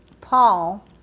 Paul